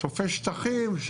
תופס שטחים,